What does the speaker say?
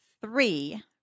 three